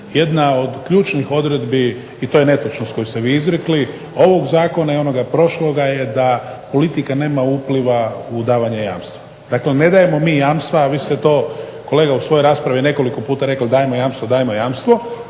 jedna od ključnih odredbi i to je netočnost koju ste vi izrekli, ovog zakona i onog prošloga je da politika nema upliva u davanja jamstva. Dakle, ne dajmo mi jamstva, a vi ste to u svojoj raspravi nekoliko puta kolega rekli dajmo jamstvo, dajmo jamstvo.